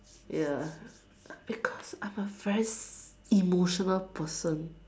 ya because I'm a very emotional person